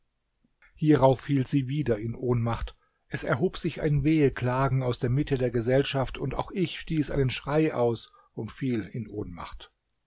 hierauf fiel sie wieder in ohnmacht es erhob sich ein weheklagen aus der mitte der gesellschaft und auch ich stieß einen schrei aus und fiel in ohnmacht